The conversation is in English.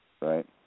right